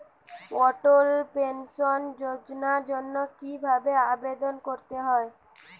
অটল pension যোজনার জন্য কি ভাবে আবেদন করতে হয়?